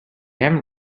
haven’t